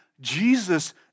Jesus